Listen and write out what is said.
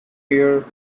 year